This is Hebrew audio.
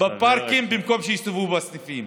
בפארקים במקום שיסתובבו בסניפים.